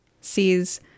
sees